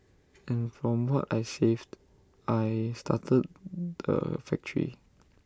and from what I saved I started the factory